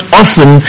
often